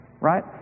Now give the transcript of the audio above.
right